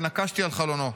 ונקשתי על חלונו.